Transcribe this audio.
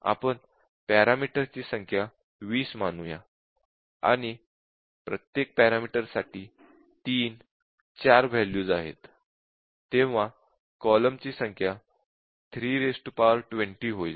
आपण पॅरामीटर्सची संख्या 20 मानूया आणि प्रत्येक पॅरामीटर साठी 3 4 व्हॅल्यूज आहेत तेव्हा कॉलम ची संख्या 320 होईल